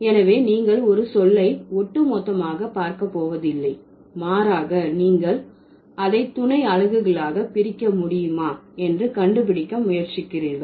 எனவே நீங்கள் ஒரு சொல்லை ஒட்டு மொத்தமாக பார்க்க போவதில்லை மாறாக நீங்கள் அதை துணை அலகுகளாக பிரிக்க முடியுமா என்று கண்டுபிடிக்க முயற்சிக்கிறீர்கள்